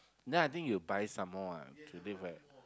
then I think you buy some more ah to take back